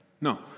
no